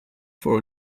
for